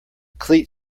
cleat